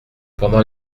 pendant